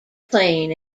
plain